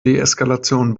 deeskalation